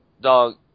dog